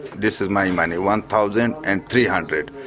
this is my money, one thousand and three hundred